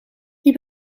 die